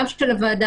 גם של הוועדה,